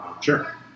Sure